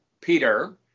Peter